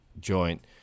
joint